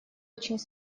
очень